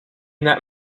that